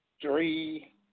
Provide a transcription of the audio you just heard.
three